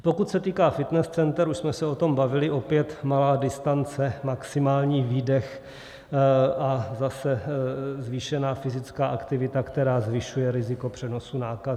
Pokud se týká fitness center, už jsme se o tom bavili, opět malá distance, maximální výdech a zase zvýšená fyzická aktivita, která zvyšuje riziko přenosu nákazy.